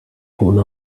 هنا